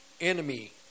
enemy